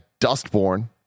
Dustborn